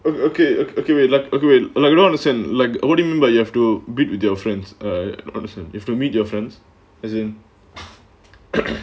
okay okay okay wait like okay like you don't understand like what do you mean but you have to bid with your friends ah honestly if you meet your friends as in